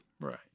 Right